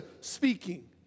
speaking